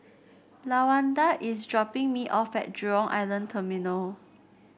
Lawanda is dropping me off at Jurong Island Terminal